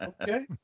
Okay